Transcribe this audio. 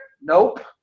nope